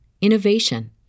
innovation